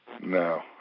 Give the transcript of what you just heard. No